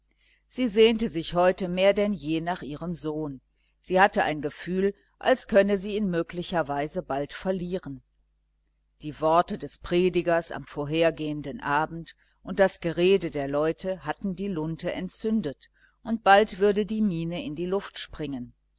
sie sehnte sich heute mehr denn je nach ihrem sohn sie hatte ein gefühl als könne sie ihn möglicherweise bald verlieren die worte des predigers am vorhergehenden abend und das gerede der leute hatten die lunte entzündet und bald würde die mine in die luft springen